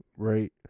right